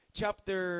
chapter